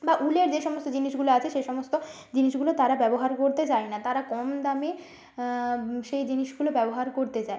বা উলের যে সমস্ত জিনিসগুলো আছে সেই সমস্ত জিনিসগুলো তারা ব্যবহার করতে চায় না তারা কম দামে সেই জিনিসগুলো ব্যবহার করতে চায়